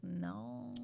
no